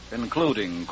including